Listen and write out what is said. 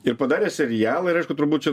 ir padarė serialą ir aišku turbūt čia